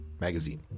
Magazine